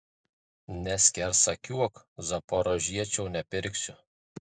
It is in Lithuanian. neskersakiuok zaporožiečio nepirksiu